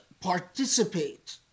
participate